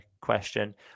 question